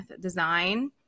Design